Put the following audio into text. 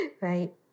Right